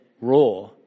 RAW